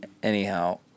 Anyhow